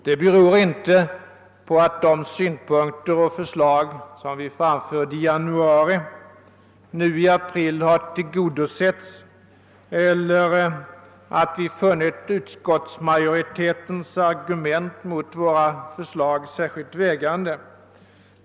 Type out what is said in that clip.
Det beror inte på att de synpunkter och förslag, som vi framförde i januari, nu i april har tillgodosetts eller på att vi funnit utskottsmajoritetens argument mot våra förslag särskilt vägande.